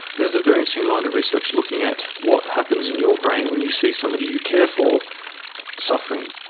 there is a very interesting line of research looking at what happens in your brain when you see somebody you care for suffering.